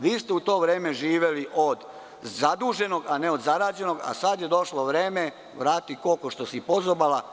Vi ste u to vreme živeli od zaduženog, a ne od zarađenog, a sada je došlo vreme – vrati koko što si pozobala.